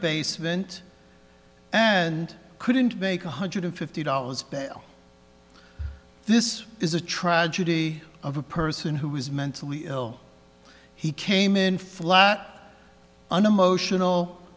basement and couldn't make one hundred fifty dollars bail this is a tragedy of a person who is mentally ill he came in flat unemotional